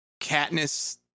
Katniss